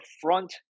front